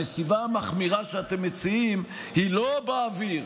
הנסיבה המחמירה שאתם מציעים היא לא באוויר.